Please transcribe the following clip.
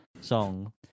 song